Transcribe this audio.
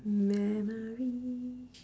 memory